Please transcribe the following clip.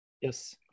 yes